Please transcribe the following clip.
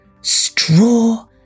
straw